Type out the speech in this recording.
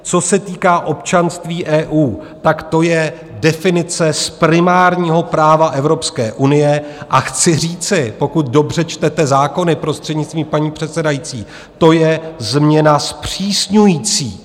Co se týká občanství EU, to je definice z primárního práva Evropské unie, a chci říci, pokud dobře čtete zákony, prostřednictvím paní předsedající, to je změna zpřísňující.